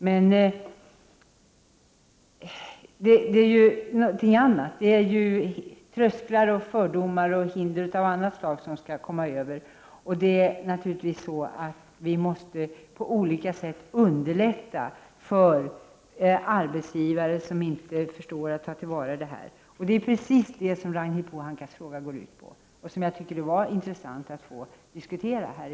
Det är emellertid trösklar och fördomar av annat slag som vi måste komma över, och vi måste på allt sätt underlätta för arbetsgivare att ta till vara denna resurs. Det är precis detta som Ragnhild Pohankas interpellation går ut på och som jag tycker att det varit intressant att få diskutera i dag.